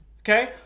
Okay